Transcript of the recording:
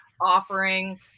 offering